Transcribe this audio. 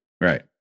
Right